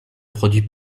produits